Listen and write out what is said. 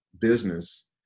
business